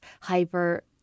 hyper